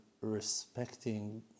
respecting